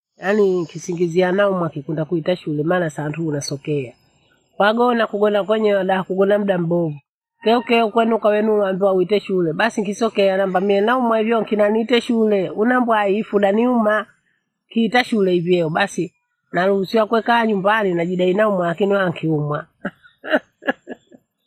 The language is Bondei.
Yaani kisingizia naumwa kikunda kuita shule maana santura sokeya. Kwagona kuogona kwenyewe laa kugona muda mbovu keokeo kwenu kwawenu uweambiwa uite shule. Basi kisokea namba mie naumwa hivo nikiinaniita shule unabwai ifunaniuma. Kiita shule hivi heo basi naruhusiwa kuwekaa nyumbani najidai naumwa lakini waa nkiumwa.